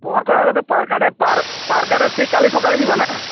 ମୋର କହିବା କଥା ପାର୍କ୍ ଆଡ଼େ ପାର୍କ୍ ଆଡ଼େ ସେଇ କାଲି ସକାଳେ ଯିବାନା